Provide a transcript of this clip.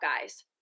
guys